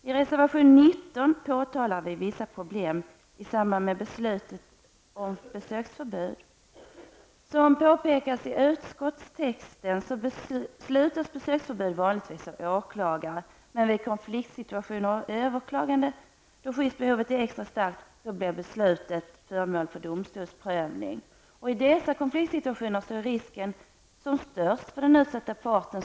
I reservation 19 har vi påtalat vissa problem i smband med beslutat besöksförbud. Som påpekats i utskottstexten beslutas besöksförbud vanligtvis av åklagare, men vid konfliktsituationer och överklaganden, då skyddsbehovet är extra starkt, blir beslutet föremål för domstolsprövning. I dessa konfliktsituationer är risken som störst för den utsatta parten.